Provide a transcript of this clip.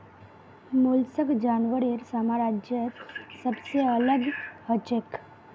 mollusc जानवरेर साम्राज्यत सबसे अलग हछेक